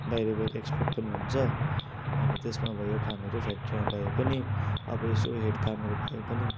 बाहिर बाहिर एक्सपोर्ट पनि हुन्छ अन्त त्यसमा भयो कामहरू फ्याक्ट्रीमा भए पनि अब यसो हेड कामहरू भए पनि